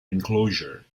enclosure